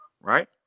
Right